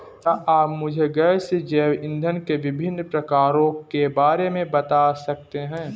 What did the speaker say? क्या आप मुझे गैसीय जैव इंधन के विभिन्न प्रकारों के बारे में बता सकते हैं?